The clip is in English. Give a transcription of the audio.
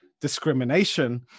discrimination